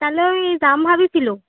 তালৈ যাম ভবিছিলোঁ